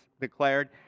declared